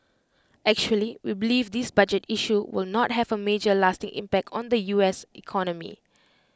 actually we believe this budget issue will not have A major lasting impact on the U S economy